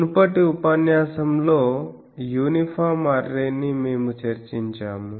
మునుపటి ఉపన్యాసంలో యూనిఫామ్ అర్రేని మేము చర్చించాము